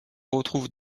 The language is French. retrouve